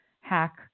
hack